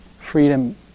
freedom